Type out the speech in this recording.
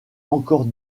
encore